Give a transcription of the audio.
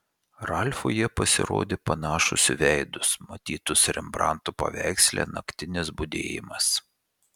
ralfui jie pasirodė panašūs į veidus matytus rembranto paveiksle naktinis budėjimas